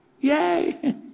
Yay